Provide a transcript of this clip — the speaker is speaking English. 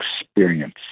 experience